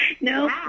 No